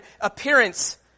appearance